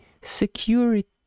security